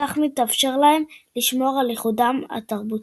בכך מתאפשר להם לשמור על ייחודם התרבותי.